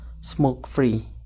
smoke-free